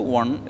one